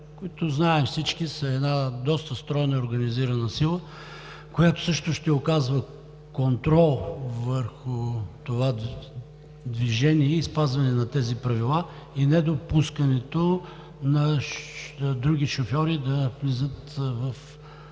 които, знаем всички, са една доста стройна и организирана сила, която също ще оказва контрол върху това движение и спазване на тези правила и недопускането на други шофьори да влизат в